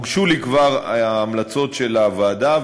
הוגשו לי כבר ההמלצות של הוועדה,